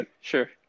Sure